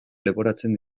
leporatzen